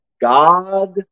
God